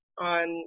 on